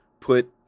put